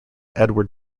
edward